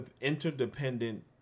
interdependent